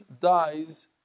dies